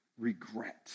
regret